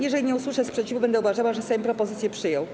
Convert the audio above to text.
Jeżeli nie usłyszę sprzeciwu, będę uważała, że Sejm propozycje przyjął.